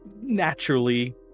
naturally